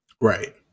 Right